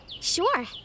Sure